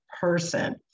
person